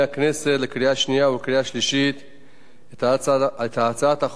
את הצעת חוק הרשות הארצית לכבאות והצלה,